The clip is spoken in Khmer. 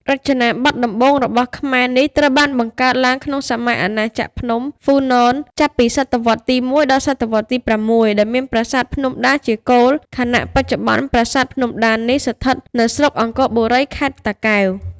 រចនាបថដំបូងរបស់ខ្មែរមួយនេះ ត្រូវបានបង្កើតឡើងក្នុងសម័យអាណាចក្រភ្នំ ហ្វ៊ូណន ចាប់ពីសតវត្សទី១ ដល់សតវត្សទី៦ ដោយមានប្រាសាទភ្នំដាជាគោល ខណៈបច្ចុប្បន្នប្រាសាទភ្នំដានេះស្ថិតនៅស្រុកអង្គរបុរី ខេត្តតាកែវ។